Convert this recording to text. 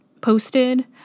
posted